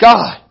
God